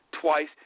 twice